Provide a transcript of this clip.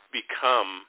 become